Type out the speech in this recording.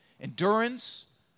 endurance